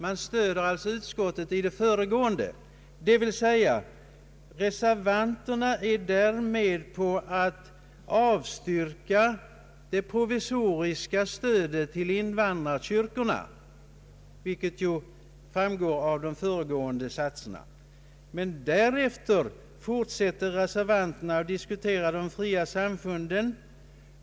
Som framgår av de föregående satserna är reservanterna därigenom med på att avstyrka det provisoriska stödet till invandrarkyrkorna. Därefter fortsätter reservanterna och diskuterar de fria samfunden.